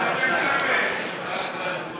משרד הרווחה והשירותים החברתיים,